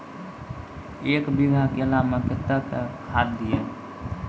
एक बीघा केला मैं कत्तेक खाद दिये?